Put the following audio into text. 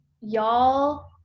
Y'all